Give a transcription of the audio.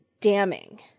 damning